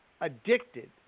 addicted